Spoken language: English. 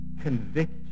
convict